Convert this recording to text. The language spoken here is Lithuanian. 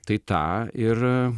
tai tą ir